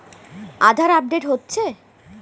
আধার update হচ্ছে?